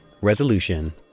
resolution